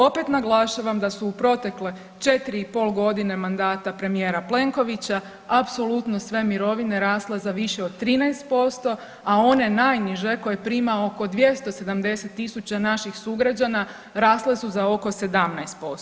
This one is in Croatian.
Opet naglašavam da su u protekle 4 i pol godine mandata premijera Plenkovića apsolutno sve mirovine rasle za više od 13%, a one najniže, koje prima oko 270 tisuća naših sugrađana, rasle su za oko 17%